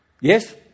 Yes